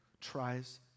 tries